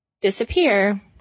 disappear